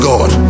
God